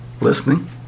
Listening